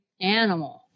animal